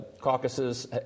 caucuses